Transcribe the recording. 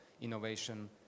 innovation